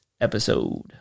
episode